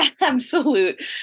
absolute